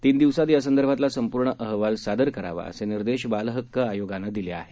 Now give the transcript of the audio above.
तीन दिवसात यासंदर्भातला संपूर्ण अहवाल सादर करावा असे निर्देश बालहक्क आयोगानं दिले आहेत